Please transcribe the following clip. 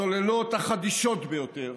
מעברים כפויים ברחבי הארץ ושגרה מבצעית שוחקת.